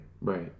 Right